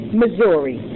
missouri